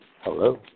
Hello